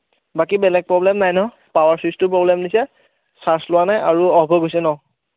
বাকী বেলেগ প্ৰব্লেম নাই ন পাৱাৰ ছুইটচটো প্ৰব্লেম দিছে চাৰ্জ লোৱা নাই আৰু অফ হৈ গৈছে ন